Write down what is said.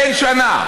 אין שנה.